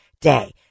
day